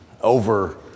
over